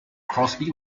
crosby